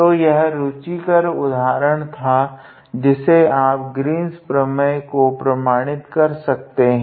तो यह रुचिकरण उदाहरण था जिस में आप ग्रीन्स प्रमेय को प्रमाणित कर सकते है